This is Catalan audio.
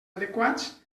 adequats